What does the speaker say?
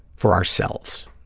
for ourselves.